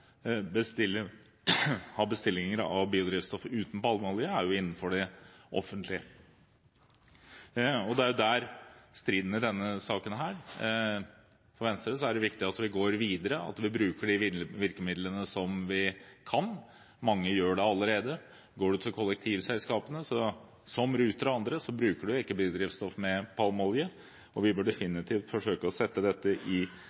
av biodrivstoff uten palmeolje, og det er innenfor det offentlige. Det er jo der striden i denne saken er. For Venstre er det viktig at vi går videre, at vi bruker de virkemidlene vi har. Mange gjør det allerede. Går man til kollektivselskapene, som Ruter og andre, bruker de ikke biodrivstoff med palmeolje. Vi bør definitivt forsøke å sette dette i